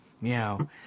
meow